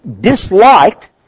disliked